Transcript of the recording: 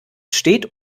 steht